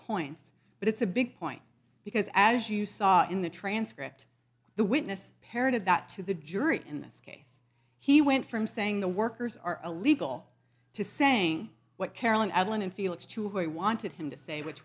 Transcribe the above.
points but it's a big point because as you saw in the transcript the witness parroted that to the jury in this case he went from saying the workers are illegal to saying what carolyn allen and felix to he wanted him to say which